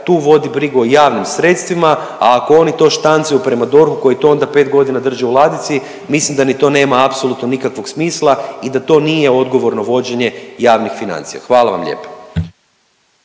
tu vodi brigu o javnim sredstvima, a ako oni to štancaju prema DORH-u koji to onda 5 godina drži u ladici, mislim da ni to nema apsolutno nikakvog smisla i da to nije odgovorno vođenje javnih financija. Hvala vam lijepa.